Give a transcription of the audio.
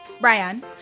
Brian